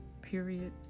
period